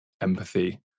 empathy